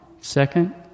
Second